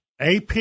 AP